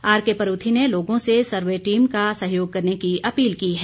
R K Paruthi ने लोगों से सर्वे टीम का सहयोग करने की अपील की है